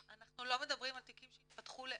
אנחנו לא מדברים על תיקים שהתפתחו לאלימות,